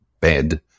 bed